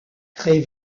très